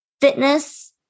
Fitness